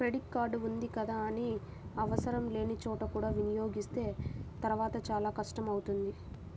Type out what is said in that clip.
credit card ఉంది కదా అని ఆవసరం లేని చోట కూడా వినియోగిస్తే తర్వాత చాలా కష్టం అవుతుంది